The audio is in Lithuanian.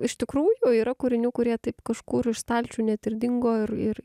iš tikrųjų yra kūrinių kurie taip kažkur iš stalčių net ir dingo ir ir